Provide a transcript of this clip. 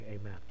amen